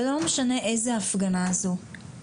ולא משנה איזו הפגנה זו,